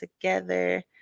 together